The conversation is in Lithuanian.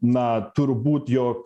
na turbūt jog